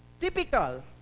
typical